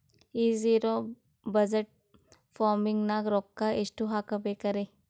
ಈ zero budget farming ನಾಗ್ ರೊಕ್ಕ ಎಷ್ಟು ಹಾಕಬೇಕರಿ?